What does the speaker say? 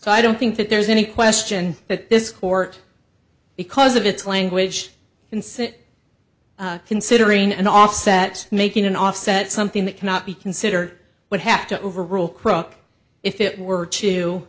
so i don't think that there's any question that this court because of its language in senate considering an offset making an offset something that cannot be considered would have to overrule crook if it were to